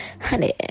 honey